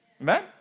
Amen